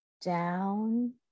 down